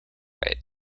right